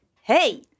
hey